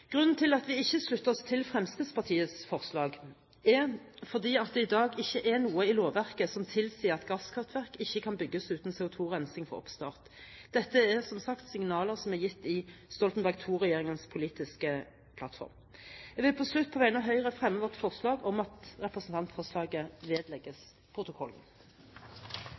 Grunnen til at vi ikke slutter oss til Fremskrittspartiets forslag, er at det i dag ikke er noe i lovverket som tilsier at gasskraftverk ikke kan bygges uten CO2-rensing fra oppstart. Dette er som sagt signaler som er gitt i Stoltenberg II-regjeringens politiske plattform. Jeg vil til slutt på vegne av Høyre fremme vårt forslag om at representantforslaget vedlegges protokollen.